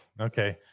okay